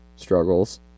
struggles